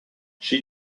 she